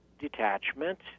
Detachment